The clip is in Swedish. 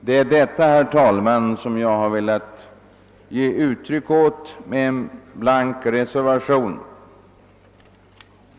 Det är detta, herr talman, som jag har velat ge uttryck åt genom en blank reservation.